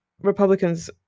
Republicans